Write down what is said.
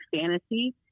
fantasy